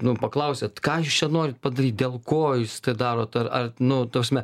nu paklausiat ką jūs čia norit padaryti dėl ko jūs darot ar ar nu ta prasme